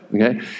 okay